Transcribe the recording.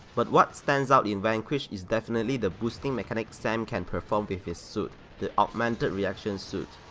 but what stands out in vanquish is definitely the boosting mechanic sam can perform with his suit, the augmented reaction suit.